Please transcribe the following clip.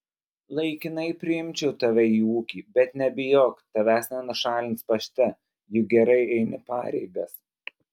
laikinai priimčiau tave į ūkį bet nebijok tavęs nenušalins pašte juk gerai eini pareigas